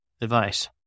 advice